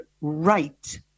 right